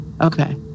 okay